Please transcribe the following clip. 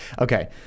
Okay